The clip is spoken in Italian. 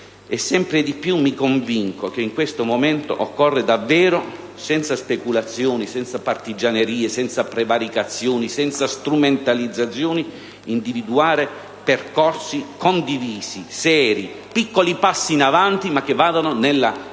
e sempre più mi convinco che in questo momento occorre davvero, senza speculazioni, senza partigianerie, senza prevaricazioni e senza strumentalizzazioni individuare percorsi condivisi e seri; piccoli passi in avanti ma che vadano nella